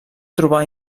trobar